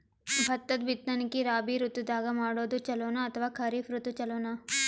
ಭತ್ತದ ಬಿತ್ತನಕಿ ರಾಬಿ ಋತು ದಾಗ ಮಾಡೋದು ಚಲೋನ ಅಥವಾ ಖರೀಫ್ ಋತು ಚಲೋನ?